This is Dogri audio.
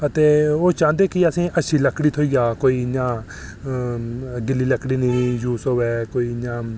ते ओह् चाहंदे न कि असेंगी कोई अच्छी लकड़ी थ्होई जा कोई इंया गिल्ली लकड़ी निं यूज़ होऐ कोई इं'या